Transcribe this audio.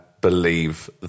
believe